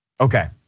Okay